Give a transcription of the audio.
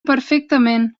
perfectament